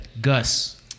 Gus